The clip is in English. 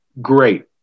great